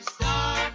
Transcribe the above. Stop